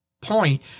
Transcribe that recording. point